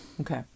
Okay